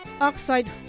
oxide